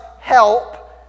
help